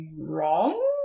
wrong